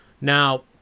Now